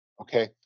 Okay